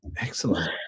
excellent